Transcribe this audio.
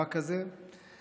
למאבק הזה ולעמידה,